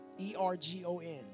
E-R-G-O-N